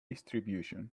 distribution